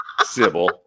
Sybil